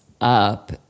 up